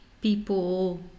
people